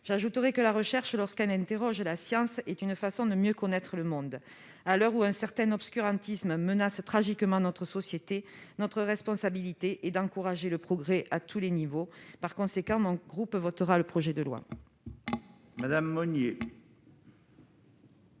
philosophique, la recherche, lorsqu'elle interroge la science, est une façon de mieux connaître le monde. À l'heure où un certain obscurantisme menace tragiquement notre société, notre responsabilité est d'encourager le progrès à tous les niveaux. Par conséquent, le groupe du RDSE votera pour ce projet de loi. La parole